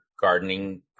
gardening